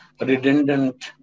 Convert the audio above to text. redundant